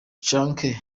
chance